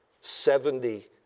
seventy